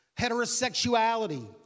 heterosexuality